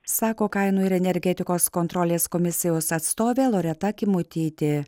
sako kainų ir energetikos kontrolės komisijos atstovė loreta kimutytė